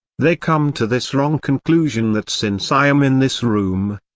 they come to this wrong conclusion that since i am in this room,